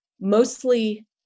mostly